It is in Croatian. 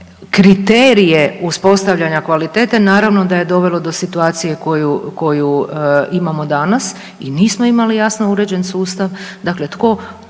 kriterije uspostavljanja kvalitete naravno da je dovelo do situacije koju imamo danas i nismo imali jasno uređen sustav